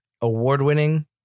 award-winning